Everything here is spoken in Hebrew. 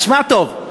תשמע טוב,